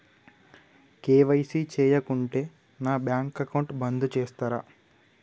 KYC చేయకుంటే నా bank account బంద్ చేస్తరా?